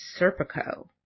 Serpico